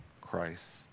Christ